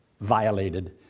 violated